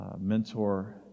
mentor